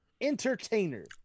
entertainer